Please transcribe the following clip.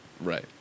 Right